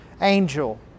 Angel